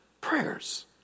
Prayers